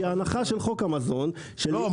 כי ההנחה של חוק המזון --- לא,